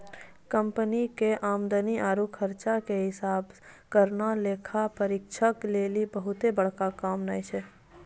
company के आमदनी आरु खर्चा के हिसाब करना लेखा परीक्षक लेली बहुते बड़का काम नै छै